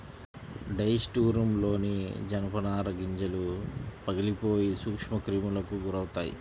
dry స్టోర్రూమ్లోని జనపనార గింజలు పగిలిపోయి సూక్ష్మక్రిములకు గురవుతాయి